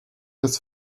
des